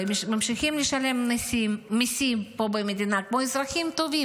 והם ממשיכים לשלם מיסים פה במדינה כמו אזרחים טובים.